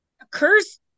occurs